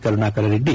Karunakara Reddy